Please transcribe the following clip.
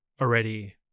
already